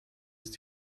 ist